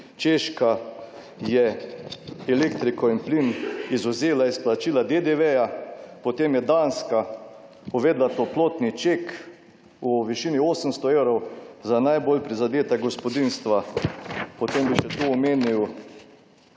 Češka je elektriko in plin izvzela iz plačila DDV, potem je Danska uvedla toplotni ček v višini 800 evrov za najbolj prizadeta gospodinjstva. Potem bi še tu omenil